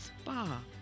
spa